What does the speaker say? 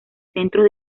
centros